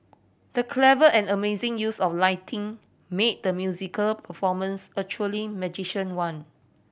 the clever and amazing use of lighting made the musical performance a truly one